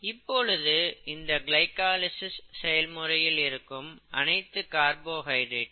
இப்பொழுது இந்த கிளைகாலிசிஸ் செயல்முறையில் இருக்கும் அனைத்தும் கார்போஹைட்ரேட்